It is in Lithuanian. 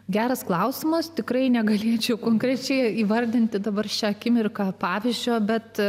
geras klausimas tikrai negalėčiau konkrečiai įvardinti dabar šią akimirką pavyzdžio bet